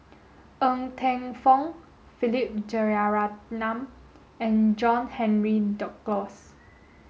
Ng Teng Fong Philip Jeyaretnam and John Henry Duclos